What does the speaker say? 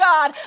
God